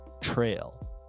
trail